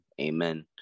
Amen